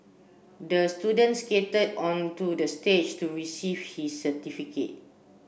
the student skated onto the stage to receive his certificate